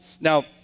Now